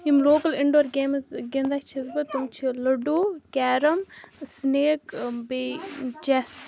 یِم local indoor games گِنٛدان چھَس بہٕ تِم چھِ لٔڈوٗ کیرَم سِنیک بیٚیہِ چٮ۪س